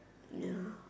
ya